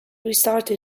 restarted